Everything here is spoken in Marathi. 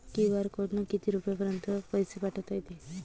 क्यू.आर कोडनं किती रुपयापर्यंत पैसे पाठोता येते?